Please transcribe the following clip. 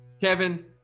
Kevin